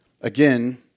Again